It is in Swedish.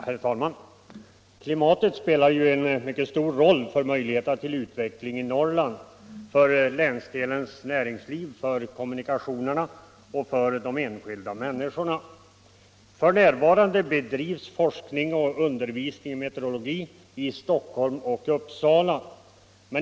Herr talman! Klimatet spelar en mycket stor roll för Norrland och dess utvecklingsmöjligheter, för landsdelens näringsliv, för kommunikationerna och för de enskilda människorna. F. n. bedrivs forskning och undervisning i meteorologi i Stockholm och Uppsala.